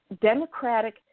democratic